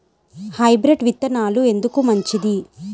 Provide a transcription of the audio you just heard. Hybrid విత్తనాలు ఎందుకు మంచిది?